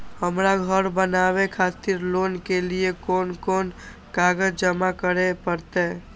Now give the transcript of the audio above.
हमरा घर बनावे खातिर लोन के लिए कोन कौन कागज जमा करे परते?